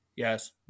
Yes